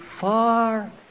far